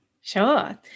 Sure